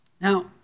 Now